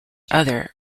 other